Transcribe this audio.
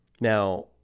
Now